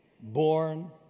Born